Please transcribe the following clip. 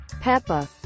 Peppa